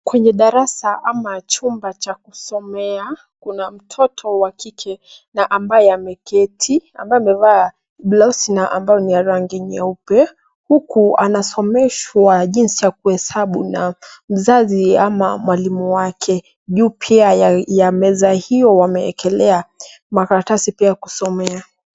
Kwenye darasa ama chumba cha kusomea, kuna mtoto wa kike na ambaye ameketi ambaye amevaa blouse ambayo ni ya rangi nyeupe huku anasomeshwa jinsi ya kuhesabu na mzazi ama mwalimu wake. Juu pia ya meza hiyo wameekelea makaratasi pia ya kusomea.